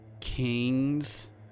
King's